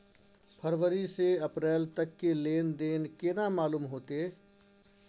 फरवरी से अप्रैल तक के लेन देन केना मालूम होते?